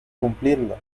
cumplirlo